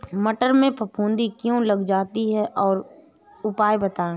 मटर में फफूंदी क्यो लग जाती है उपाय बताएं?